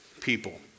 people